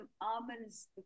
almonds